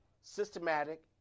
systematic